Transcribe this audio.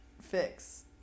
fix